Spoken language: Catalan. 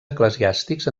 eclesiàstics